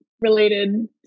related